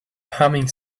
humming